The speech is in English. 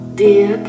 dear